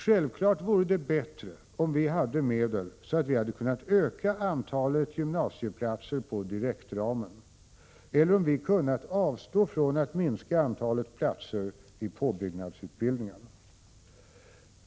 Självfallet vore det bättre om vi hade medel så att vi hade kunnat öka antalet gymnasieplatser på direktramen eller om vi kunnat avstå från att minska antalet platser i påbyggnadsutbildningen.